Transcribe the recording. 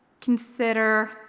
consider